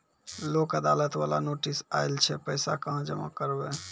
लोक अदालत बाला नोटिस आयल छै पैसा कहां जमा करबऽ?